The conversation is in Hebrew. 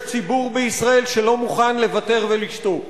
יש ציבור בישראל שלא מוכן לוותר ולשתוק.